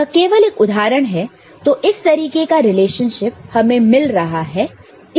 यह केवल एक उदाहरण है तो इस तरीके का रिलेशनशिप हमें मिल रहा है